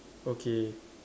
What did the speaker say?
okay